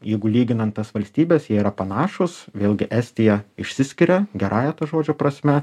jeigu lyginant tas valstybes jie yra panašūs vėlgi estija išsiskiria gerąja to žodžio prasme